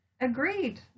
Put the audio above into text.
agreed